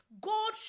God